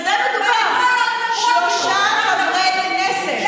את מדברת על גזענות?